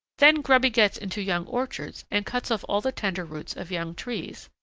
then grubby gets into young orchards and cuts off all the tender roots of young trees.